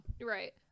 Right